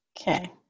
Okay